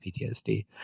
PTSD